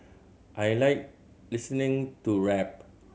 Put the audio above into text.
I like listening to rap